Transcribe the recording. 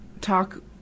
talk